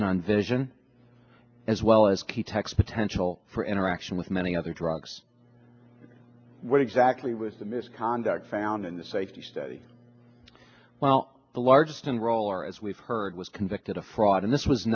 and on vision as well as key text potential for interaction with many other drugs what exactly was the misconduct found in the safety study while the largest enroll or as we've heard was convicted of fraud and this was